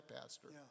pastor